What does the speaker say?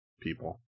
people